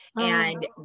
And-